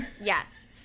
Yes